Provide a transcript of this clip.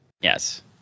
Yes